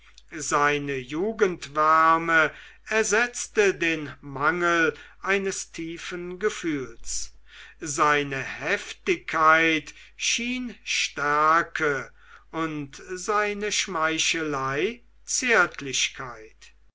seine jugendwärme ersetzte den mangel eines tiefen gefühls seine heftigkeit schien stärke und seine schmeichelei zärtlichkeit